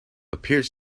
appears